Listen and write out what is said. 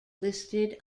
listed